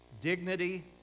dignity